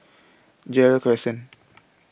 Gerald Crescent